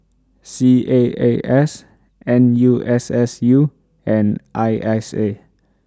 C A A S N U S S U and I S A